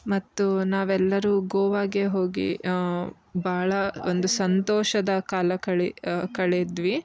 ಮತ್ತು ನಾವೆಲ್ಲರೂ ಗೋವಾಗೆ ಹೋಗಿ ಭಾಳ ಒಂದು ಸಂತೋಷದ ಕಾಲ ಕಳೆ ಕಳೆದ್ವಿ